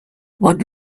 what